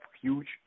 huge